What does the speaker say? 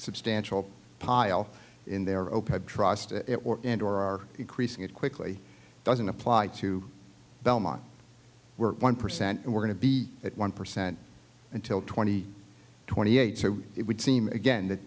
substantial pile in their own trust it and or are increasing it quickly doesn't apply to belmont we're one percent and we're going to be at one percent until twenty twenty eight so it would seem again th